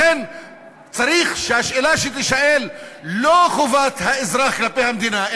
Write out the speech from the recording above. לכן צריך שהשאלה שתישאל היא לא חובת האזרח כלפי המדינה,